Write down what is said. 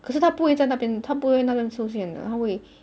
可是它不会在那边它不会那边出现的它会